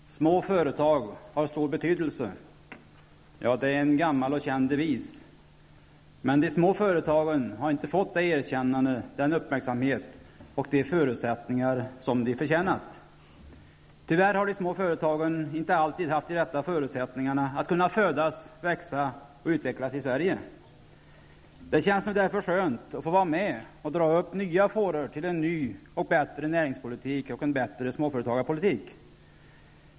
Herr talman! SMÅ FÖRETAG HAR STOR BETYDELSE. Det är en gammal känd devis. Men de små företagen har inte fått det erkännande, den uppmärksamhet och de förutsättningar som de förtjänat. Tyvärr har de små företagen inte alltid haft de rätta förutsättningarna att födas, växa och utvecklas i Sverige. Det känns därför skönt att nu få vara med och dra upp nya fåror, så att vi får en ny och bättre näringspolitik och en bättre småföretagarpolitik.